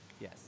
Yes